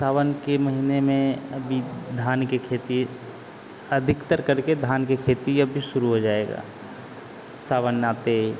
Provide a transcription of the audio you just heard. सावन के महीने में अभी धान के खेती अधिकतर करके धान के खेती अभी शुरू हो जाएगा सावन आते ही